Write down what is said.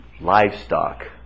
livestock